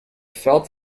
fell